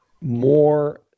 more